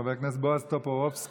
חבר הכנסת בועז טופורובסקי,